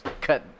cut